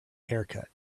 haircut